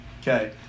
Okay